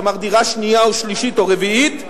כלומר דירה שנייה או שלישית או רביעית,